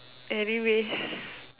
anyway